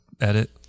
edit